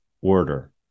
order